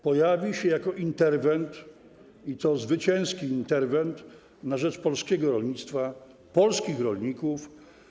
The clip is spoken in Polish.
Pojawi się jako interwent, i to zwycięski interwent, na rzecz polskiego rolnictwa i polskich rolników.